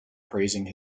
praising